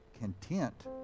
content